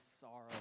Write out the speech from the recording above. sorrow